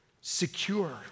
secure